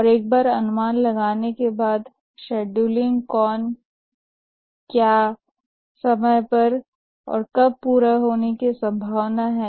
और एक बार अनुमान लगाने के बाद शेड्यूलिंग कौन क्या समय पर और कब पूरा होने की संभावना है